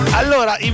allora